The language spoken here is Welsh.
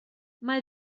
mae